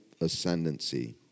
ascendancy